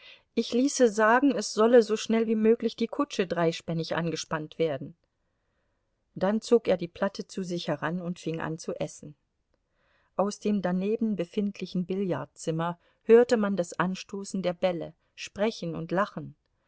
ich ließe sagen es solle so schnell wie möglich die kutsche dreispännig angespannt werden dann zog er die platte zu sich heran und fing an zu essen aus dem daneben befindlichen billardzimmer hörte man das anstoßen der bälle sprechen und lachen